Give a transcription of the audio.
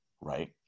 right